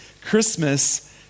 Christmas